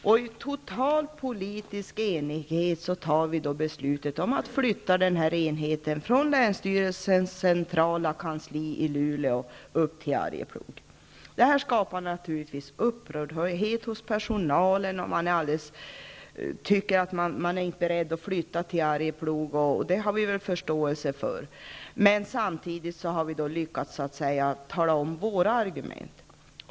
I total politisk enighet fattades således beslutet om att flytta den här enheten från länsstyrelsens centrala kansli i Luleå upp till Arjeplog. Detta skapar naturligtvis upprördhet bland personalen. Människorna är inte beredda att flytta till Arjeplog, och det har vi väl förståelse för. Men samtidigt har vi lyckats föra ut våra argument.